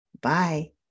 Bye